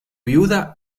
viuda